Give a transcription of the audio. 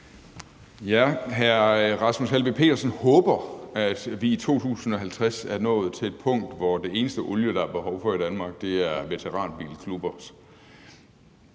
Hr. Rasmus Helveg Petersen håber, at vi i 2050 er nået til et punkt, hvor den eneste olie, der er behov for i Danmark, er til veteranbilklubber.